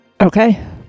Okay